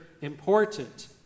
important